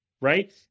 right